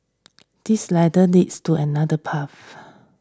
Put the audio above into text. this ladder leads to another path